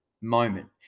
moment